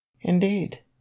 Indeed